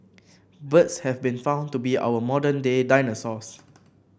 birds have been found to be our modern day dinosaurs